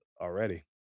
already